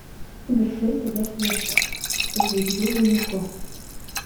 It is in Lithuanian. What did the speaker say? viršuj sėdės viešpats su žvaigždžių vainiku